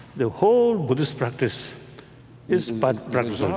the whole buddhist practice is but practice ah